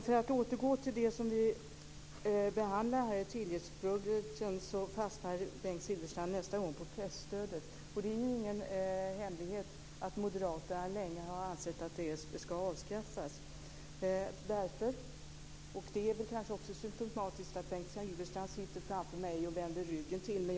För att återgå till det som vi behandlar i tilläggsbudgeten kan jag säga att Bengt Silfverstrand nästa gång fastnar på presstödet. Det är ingen hemlighet att moderaterna länge har ansett att det ska avskaffas. Det är kanske symtomatiskt att Bengt Silfverstrand sitter framför mig och vänder ryggen till mig.